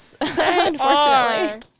Unfortunately